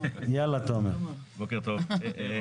בוקר טוב.